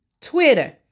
Twitter